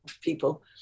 people